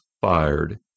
fired